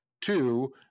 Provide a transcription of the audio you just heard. Two